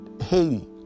Haiti